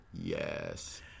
Yes